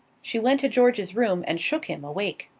she went to george's room and shook him awake.